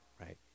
right